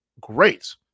great